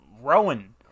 Rowan